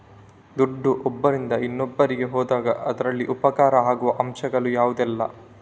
ದುಡ್ಡು ಒಬ್ಬರಿಂದ ಇನ್ನೊಬ್ಬರಿಗೆ ಹೋದಾಗ ಅದರಲ್ಲಿ ಉಪಕಾರ ಆಗುವ ಅಂಶಗಳು ಯಾವುದೆಲ್ಲ?